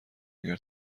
اگر